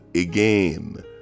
again